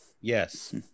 Yes